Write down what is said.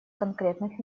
конкретных